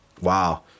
wow